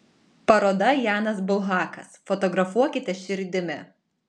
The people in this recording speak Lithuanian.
paroda janas bulhakas fotografuokite širdimi